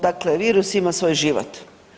Dakle, virus ima svoj život.